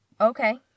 okay